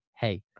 Hey